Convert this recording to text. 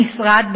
המשרד,